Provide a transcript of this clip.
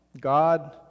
God